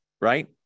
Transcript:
right